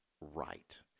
right